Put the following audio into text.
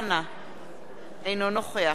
אינו נוכח חיים אמסלם,